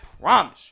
promise